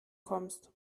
kommst